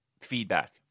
feedback